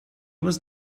was